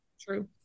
true